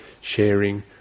sharing